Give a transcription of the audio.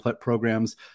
programs